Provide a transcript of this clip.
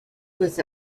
was